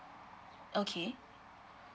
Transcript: okay